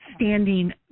standing